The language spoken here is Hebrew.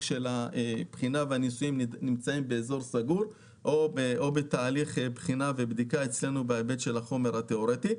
הבחינה והניסויים או שנמצאות בתהליך בדיקה אצלנו בחומר התאורטי.